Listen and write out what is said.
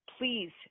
please